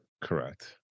Correct